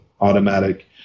automatic